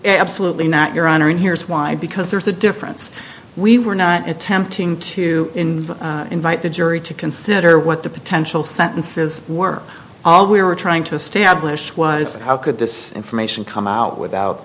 absolutely not your honor and here's why because there's a difference we were not attempting to invite the jury to consider what the potential sentences were all we were trying to establish was how could this information come out without